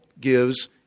gives